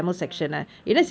ya tamil